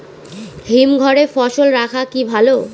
হিমঘরে ফসল রাখা কি ভালো?